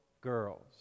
girls